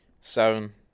Seven